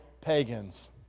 pagans